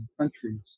countries